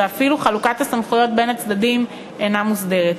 ואפילו חלוקת הסמכויות בין הצדדים אינה מוסדרת.